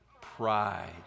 Pride